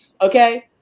Okay